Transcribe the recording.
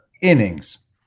innings